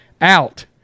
out